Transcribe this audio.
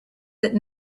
that